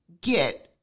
get